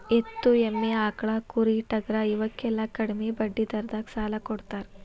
ಎತ್ತು, ಎಮ್ಮಿ, ಆಕ್ಳಾ, ಕುರಿ, ಟಗರಾ ಇವಕ್ಕೆಲ್ಲಾ ಕಡ್ಮಿ ಬಡ್ಡಿ ದರದಾಗ ಸಾಲಾ ಕೊಡತಾರ